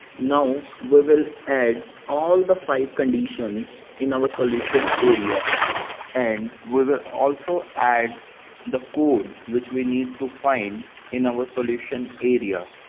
now, we will add all the five conditions in our solution area and we will also add the code which we need to find in our solution area.